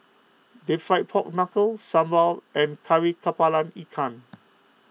Deep Fried Pork Knuckle Sambal and Kari Kepala Ikan